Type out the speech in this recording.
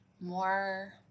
more